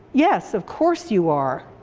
yes, of course you are.